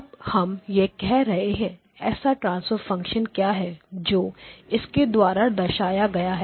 अब हम यह कह रहे हैं कि ऐसा ट्रांसफर फंक्शन क्या है जो इसके द्वारा दर्शाया गया है